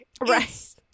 right